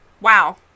Wow